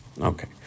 Okay